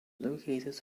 located